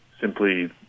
simply